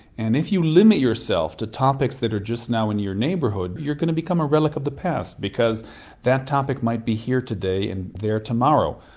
and if you limit yourself to topics that are just now in your neighbourhood, you're going to become a relic of the past because that topic might be here today and there tomorrow.